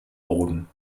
boden